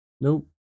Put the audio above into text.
Nope